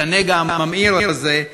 את הנגע הממאיר הזה,